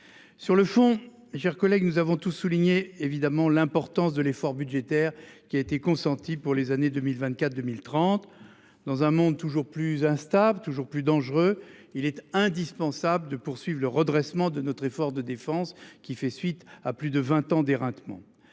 Sur le fond. Chers collègues, nous avons tous souligné évidemment l'importance de l'effort budgétaire qui a été consenti pour les années 2024 2030. Dans un monde toujours plus instable toujours plus dangereux. Il était indispensable de poursuivre le redressement de notre effort de défense qui fait suite à plus de 20 ans des.